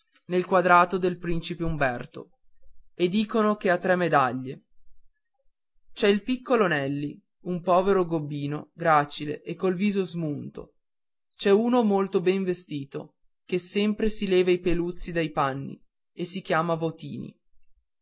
nel quadrato del principe umberto e dicono che ha tre medaglie c'è il piccolo nelli un povero gobbino gracile e col viso smunto c'è uno molto ben vestito che si leva sempre i peluzzi dai panni e si chiama votini